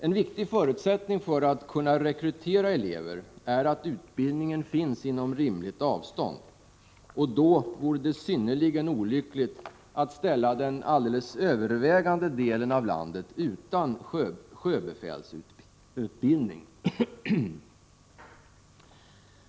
En viktig förutsättning för att kunna rekrytera elever är att utbildningen finns inom rimligt avstånd, och därför vore det synnerligen olyckligt att ställa den alldeles övervägande delen av landet utan sjöbefälsutbildning.